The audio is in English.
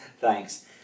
Thanks